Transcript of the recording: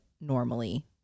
normally